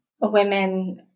women